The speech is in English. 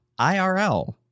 IRL